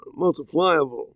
multipliable